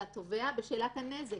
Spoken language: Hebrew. לגבי